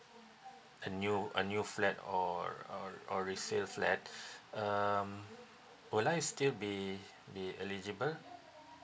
a new a new flat or or or resale flat um would I still be be eligible